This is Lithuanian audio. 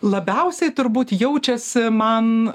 labiausiai turbūt jaučiasi man